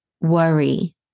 worry